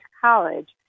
college